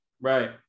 right